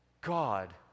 God